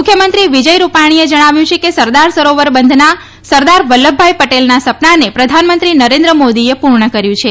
મુખ્યમંત્રી વિજય રૂપાણીએ જણાવ્યું છે કે સરદાર સરોવર બંધના સરદાર વલ્લભભાઈ પટેલના સપનાને પ્રધાનમંત્રી નરેન્દ્ર મોદીએ પૂર્ણ કર્યું છે